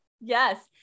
Yes